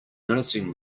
noticing